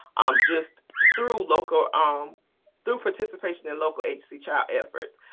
um just through local, um through participation in local agency child efforts.